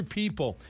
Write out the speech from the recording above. people